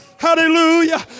Hallelujah